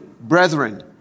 brethren